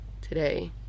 today